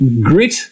grit